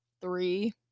three